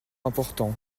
important